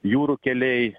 jūrų keliai